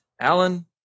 Alan